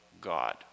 God